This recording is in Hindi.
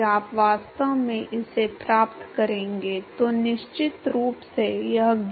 क्योंकि प्रयोगात्मक दृष्टिकोण से मुझे वास्तव में औसत मात्रा की आवश्यकता है और स्थानीय मात्रा अधिक उपयोग की नहीं है ठीक है